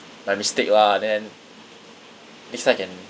my mistake lah then next time I can